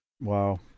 Wow